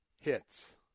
hits